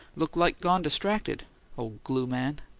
look like gone distracted ole glue man!